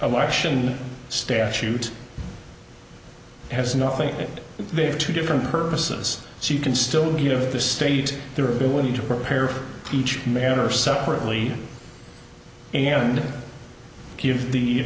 election statute has nothing and they have two different purposes she can still give the state their ability to prepare for each man or separately and give the